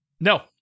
No